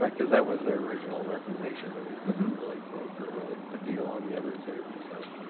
like because that was their original recommendation that we couldn't really broker a deal on the other two. so